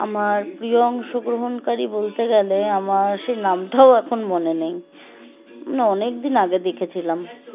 আমার প্রিয় অংশগ্রহণকারী বলতে গেলে আমার সেই নামটাও এখন মনে নেই মানে অনেক দিন আগে দেখেছিলাম